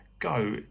Go